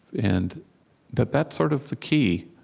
and that that's sort of the key.